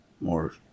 more